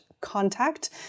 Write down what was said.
contact